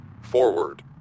forward